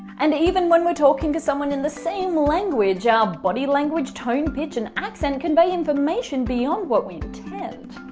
and even when we're talking to someone in the same language, our ah body language, tone, pitch and accent convey information beyond what we intend.